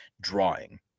drawing